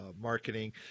marketing